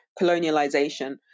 colonialization